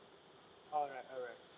alright alright